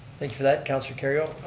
thank you for that. councilor kerrio,